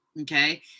Okay